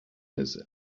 his